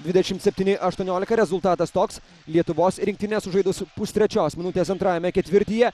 dvidešimt septyni aštuoniolika rezultatas toks lietuvos rinktinė sužaidus pustrečios minutės antrajame ketvirtyje